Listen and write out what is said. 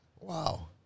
Wow